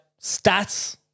stats